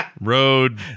Road